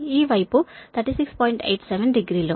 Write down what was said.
87 డిగ్రీలు